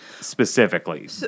specifically